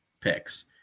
picks